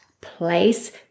place